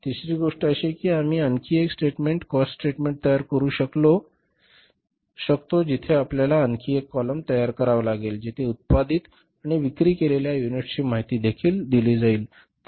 तिसरी गोष्ट अशी आहे की आम्ही आणखी एक स्टेटमेंट कॉस्ट स्टेटमेंट तयार करू शकतो जिथे आपल्याला आणखी एक कॉलम तयार करावा लागेल जिथे उत्पादित आणि विक्री केलेल्या युनिट्सची माहिती देखील दिली जाईल